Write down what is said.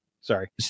Sorry